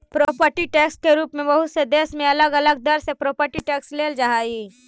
property tax के रूप में बहुते देश में अलग अलग दर से प्रॉपर्टी टैक्स लेल जा हई